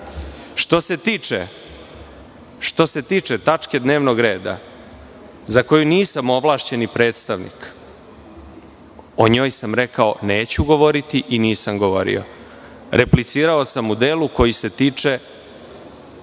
se tiče tačke dnevnog reda za koju nisam ovlašćeni predstavnik, rekao sam o njoj neću govoriti i nisam govorio. Replicirao sam u delu koji se tiče